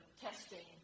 testing